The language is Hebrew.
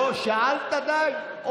שאלת, די.